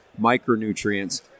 micronutrients